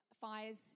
fires